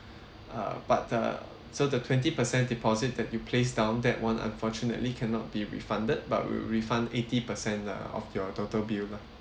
uh but uh so the twenty percent deposit that you placed down that [one] unfortunately cannot be refunded but we will refund eighty percent uh of your total bill lah